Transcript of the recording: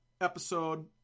episode